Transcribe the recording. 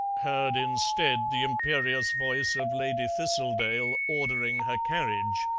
heard instead the imperious voice of lady thistledale ordering her carriage,